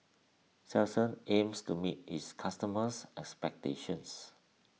Selsun aims to meet its customers' expectations